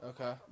Okay